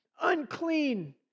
unclean